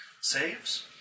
Saves